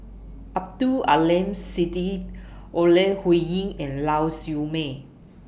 Abdul Aleem Siddique Ore Huiying and Lau Siew Mei